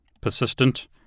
persistent